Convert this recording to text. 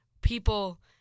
people